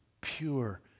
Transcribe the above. pure